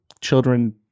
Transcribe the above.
Children